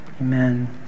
Amen